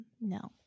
no